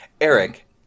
Eric